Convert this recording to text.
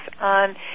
on